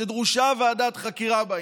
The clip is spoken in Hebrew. שדרושה ועדת חקירה בעניין.